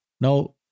Now